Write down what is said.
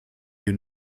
you